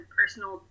personal